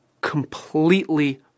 completely